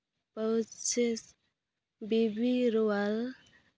pouches ᱵᱤᱵᱤᱨᱚᱣᱟᱞ